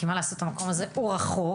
כי מה לעשות המקום הזה הוא רחוק,